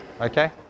okay